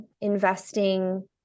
investing